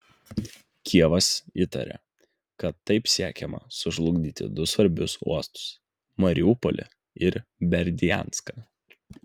kijevas įtaria kad taip siekiama sužlugdyti du svarbius uostus mariupolį ir berdianską